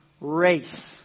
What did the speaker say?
race